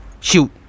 Shoot